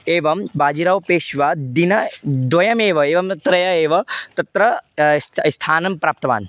एवं बाजिरावौपेश्वा दिनद्वयमेव एवमत्रया एव तत्र इस् स्थानं प्राप्तवान्